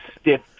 stiff